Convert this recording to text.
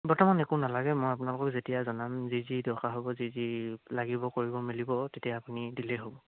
বৰ্তমান একো নালাগে মই আপোনালোকক যেতিয়া জনাম যি যি দৰকাৰ হ'ব যি যি লাগিব কৰিব মেলিব তেতিয়া আপুনি দিলেই হ'ব